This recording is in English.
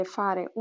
fare